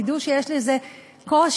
תדעו שיש בזה קושי.